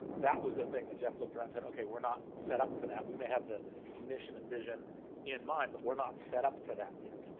that was the thing that jeff looked around and said okay, we're not set up for that. we may have the mission and vision in mind but we're not set up for that yet.